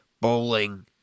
bowling